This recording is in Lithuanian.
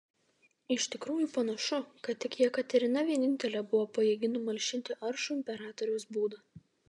iš tikrųjų panašu kad tik jekaterina vienintelė buvo pajėgi numalšinti aršų imperatoriaus būdą